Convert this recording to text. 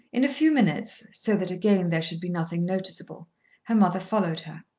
in a few minutes so that again there should be nothing noticeable her mother followed her.